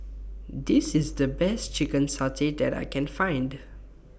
This IS The Best Chicken Satay that I Can Find